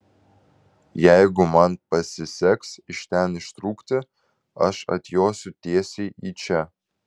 jeigu man pasiseks iš ten ištrūkti aš atjosiu tiesiai į čia